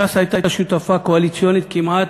ש"ס הייתה שותפה קואליציונית כמעט,